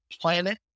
planet